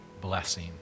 blessing